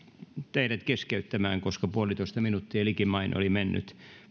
teidät keskeyttämään koska puolitoista minuuttia likimain oli mennyt